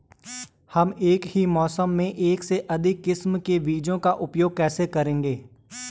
हम एक ही मौसम में एक से अधिक किस्म के बीजों का उपयोग कैसे करेंगे?